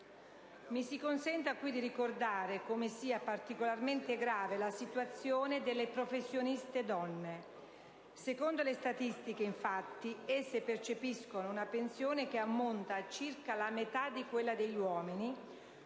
Mi si consenta qui di ricordare come sia particolarmente grave la situazione delle professioniste donne. Secondo le statistiche, infatti, esse percepiscono una pensione che ammonta a circa la metà di quella degli uomini,